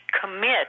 commit